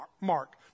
Mark